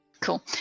Cool